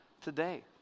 today